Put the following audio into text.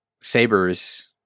Saber's